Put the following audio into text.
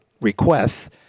requests